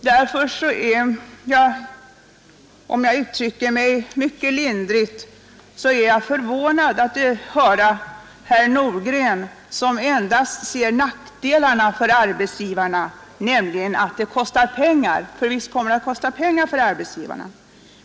Därför är jag, om jag uttrycker mig lindrigt, förvånad över att höra herr Nordgren, som endast ser nackdelarna för arbetsgivarna, att det kostar pengar. Visst kommer det att kosta pengar för arbetsgivarna.